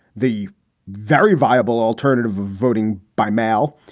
the very viable alternative voting by mail,